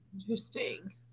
interesting